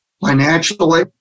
financially